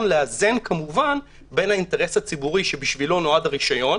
לאזן כמובן בין האינטרס הציבורי שבשבילו נועד הרשיון